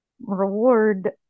reward